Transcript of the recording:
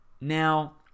Now